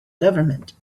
government